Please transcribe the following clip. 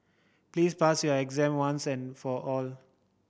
please pass your exam once and for all